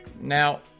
Now